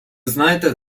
знаєте